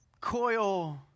coil